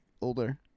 older